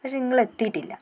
പക്ഷേ ഇങ്ങള് എത്തിയിട്ടില്ല